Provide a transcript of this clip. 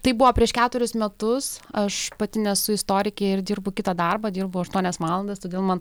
tai buvo prieš keturis metus aš pati nesu istorikė ir dirbu kitą darbą dirbu aštuonias valandas todėl man